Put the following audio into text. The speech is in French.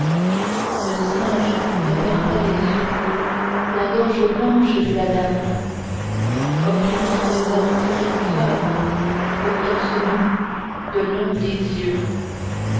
le singe ne perd pas des yeux la gorge blanche de la dame opulent trésor que réclame le torse nu de l'un des dieux